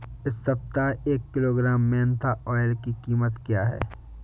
इस सप्ताह एक किलोग्राम मेन्था ऑइल की कीमत क्या है?